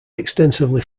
extensively